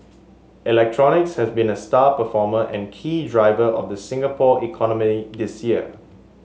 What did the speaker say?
electronics has been a star performer and key driver of the Singapore economy this year